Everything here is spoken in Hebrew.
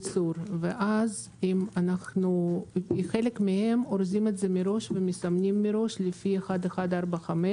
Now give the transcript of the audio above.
ואז חלק מהם אורזים את זה מראש ומסמנים מראש לפי 1145,